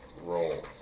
roll